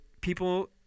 people